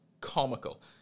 comical